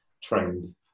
trained